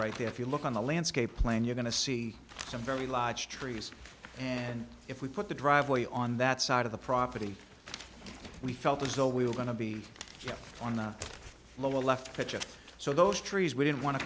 right there if you look on the landscape plan you're going to see some very large trees and if we put the driveway on that side of the property we felt as though we were going to be on the lower left so those trees we didn't want to